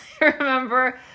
remember